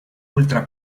ultra